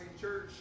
Church